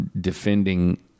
defending